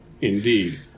Indeed